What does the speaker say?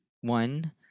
one